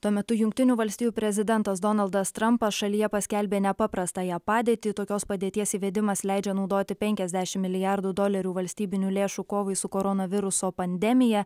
tuo metu jungtinių valstijų prezidentas donaldas trampas šalyje paskelbė nepaprastąją padėtį tokios padėties įvedimas leidžia naudoti penkiasdešim milijardų dolerių valstybinių lėšų kovai su koronaviruso pandemija